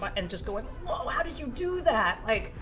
but and just going, whoa how did you do that? like,